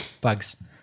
bugs